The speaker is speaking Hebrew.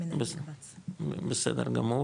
בסדר.